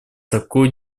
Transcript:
такой